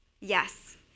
Yes